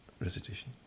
recitation